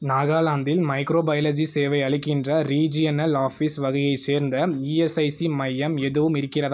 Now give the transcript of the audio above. நாகாலாந்தில் மைக்ரோபயோலஜி சேவை அளிக்கின்ற ரீஜியனல் ஆஃபீஸ் வகையை சேர்ந்த இஎஸ்ஐசி மையம் எதுவும் இருக்கிறதா